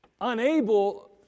unable